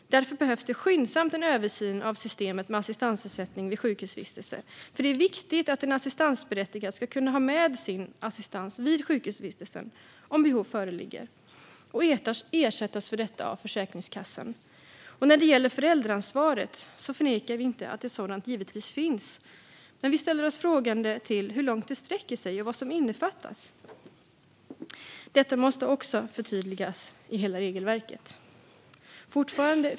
Därför behövs det skyndsamt en översyn av systemet med assistansersättning vid sjukhusvistelse. Det är viktigt att en assistansberättigad ska kunna ha med sin assistans vid sjukhusvistelse om behov föreligger och ersättas för detta av Försäkringskassan. När det gäller föräldraansvaret förnekar vi inte att ett sådant givetvis finns. Men vi ställer oss frågande till hur långt det sträcker sig och vad som innefattas. Detta måste också förtydligas i hela regelverket.